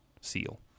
seal